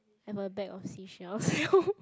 and a bag of seashells